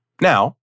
Now